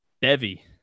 bevy